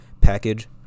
package